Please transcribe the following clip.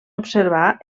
observar